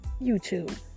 YouTube